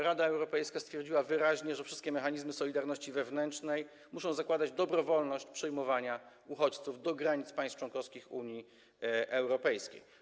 Rada Europejska stwierdziła wyraźnie, że wszystkie mechanizmy solidarności wewnętrznej muszą zakładać dobrowolność przyjmowania uchodźców do granic państw członkowskich Unii Europejskiej.